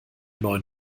neuen